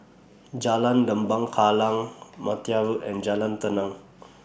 Jalan Lembah Kallang Martia Road and Jalan Tenang